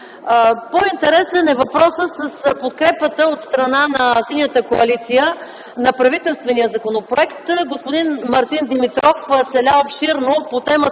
По-интересен е въпросът с подкрепата от страна на Синята коалиция на правителствения законопроект. Господин Мартин Димитров се ля обширно по темата